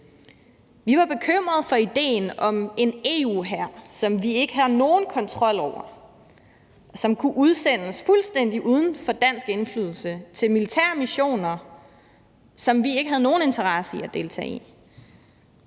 Vi var bekymrede for idéen om en EU-hær, som vi ikke har nogen kontrol over, og som kunne udsendes fuldstændig uden for dansk indflydelse til militære missioner, som vi ikke havde nogen interesse i at deltage i.